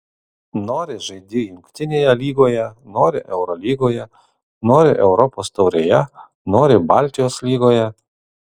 nori žaidi jungtinėje lygoje nori eurolygoje nori europos taurėje nori baltijos lygoje